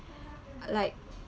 like